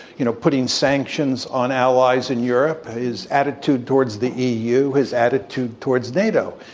you know, putting sanctions on allies in europe, his attitude towards the e. u, his attitude towards nato.